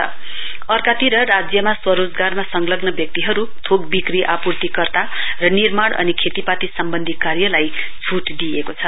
Sikkim relaxation अर्कातिर राज्यमा स्वरोजगारमा संलग्न व्यक्तिहरू थोकविक्री आपूर्ति कर्ता र निर्माण अनि खेतीपाती सम्वन्धी कार्यलाई छूट दिइएको छ